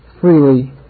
freely